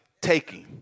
taking